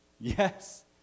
Yes